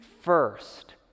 first